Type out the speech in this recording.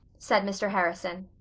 said mr. harrison,